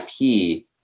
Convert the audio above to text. IP